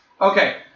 Okay